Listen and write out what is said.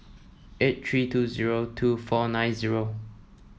eight three two zero two four nine zero